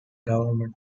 government